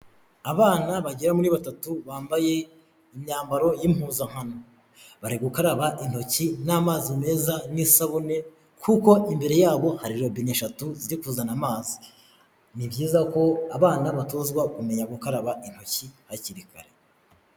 Abana bagera muri batatu bambaye imyambaro y'impuzankano, bari gukaraba intoki n'amazi meza n'isabune kuko imbere ya bo hari robine eshatu ziri kuzana amazi. Ni byiza ko abana batozwa kumenya gukaraba intoki hakiri kare.